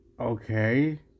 okay